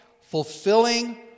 fulfilling